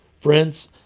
Friends